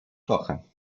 kocha